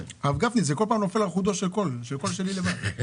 ההטבה לעולה לא בדיוק קיימת היא בדיוק